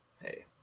Hey